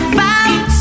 found